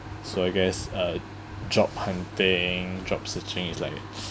so I guess uh job hunting job searching is like a